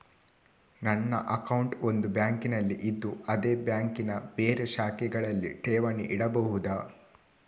ನನ್ನ ಅಕೌಂಟ್ ಒಂದು ಬ್ಯಾಂಕಿನಲ್ಲಿ ಇದ್ದು ಅದೇ ಬ್ಯಾಂಕಿನ ಬೇರೆ ಶಾಖೆಗಳಲ್ಲಿ ಠೇವಣಿ ಇಡಬಹುದಾ?